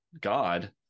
God